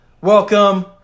welcome